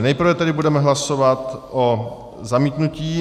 Nejprve tedy budeme hlasovat o zamítnutí.